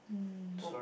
mm